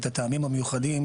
ואת הטעמים המיוחדים,